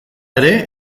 ere